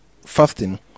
fasting